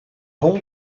whole